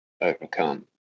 overcome